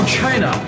China